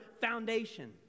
foundation